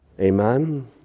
Amen